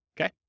okay